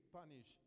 punish